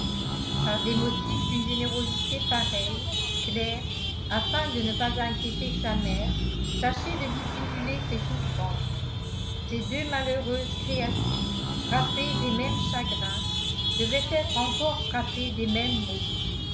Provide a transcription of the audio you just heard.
par des motifs d'une générosité pareille claire afin de ne pas inquiéter sa mère tâchait de dissimuler ses souffrances ces deux malheureuses créatures frappées des mêmes chagrins devaient être encore frappées des mêmes maux